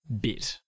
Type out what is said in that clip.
bit